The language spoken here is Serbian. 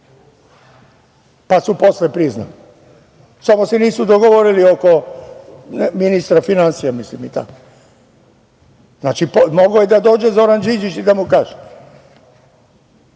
pa su posle priznali. Samo se nisu dogovorili oko ministra finansija mislim. Znači, mogao je da dođe Zoran Đinđić i da mu kaže.